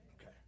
Okay